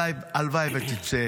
הלוואי שתצא